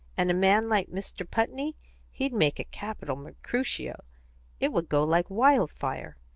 and a man like mr. putney he'd make a capital mercutio it would go like wildfire.